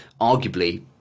arguably